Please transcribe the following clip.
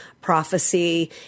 prophecy